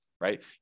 right